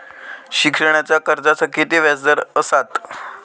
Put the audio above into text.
शिक्षणाच्या कर्जाचा किती व्याजदर असात?